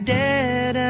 dead